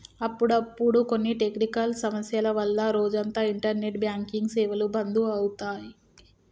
అప్పుడప్పుడు కొన్ని టెక్నికల్ సమస్యల వల్ల రోజంతా ఇంటర్నెట్ బ్యాంకింగ్ సేవలు బంధు అవుతాయి